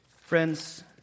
Friends